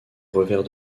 revers